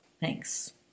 thanks